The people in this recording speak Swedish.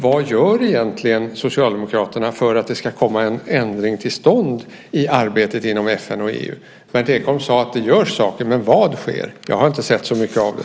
Vad gör egentligen Socialdemokraterna för att det ska komma en ändring till stånd i arbetet inom FN och i EU? Berndt Ekholm sade att det görs saker, men vad sker? Jag har inte sett så mycket av det.